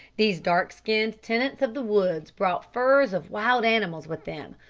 these dark-skinned tenants of the woods brought furs of wild animals with them,